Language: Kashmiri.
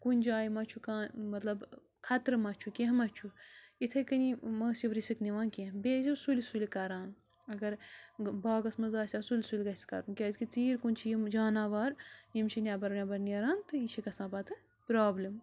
کُنہِ جایہِ ما چھُ کانٛہہ مطلب خطرٕ مہ چھُ کیٚنٛہہ مہ چھُ اِتھَے کٔنی مٲسِو رِسک نِوان کیٚنٛہہ بیٚیہِ ٲسۍ زیو سُلہِ سُلہِ کَران اگر باغَس منٛز آسہِ ہو سُلہِ سُلۍ گَژھِ کَرُن کیٛازِکہِ ژیٖرۍ کُن چھِ یِم جاناوار یِم چھِ نٮ۪بَر ویبَر نیران تہٕ یہِ چھِ گژھان پَتہٕ پرٛابلِم